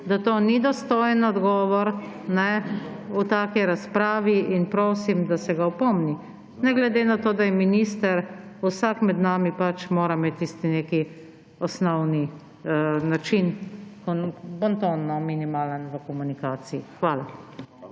da to ni dostojen odgovor v taki razpravi, in prosim, da se ga opomni. Ne glede na to, da je minister, vsak med nami mora imeti tisti nek osnoven način, bonton no, minimalen, v komunikaciji. Hvala.